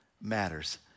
matters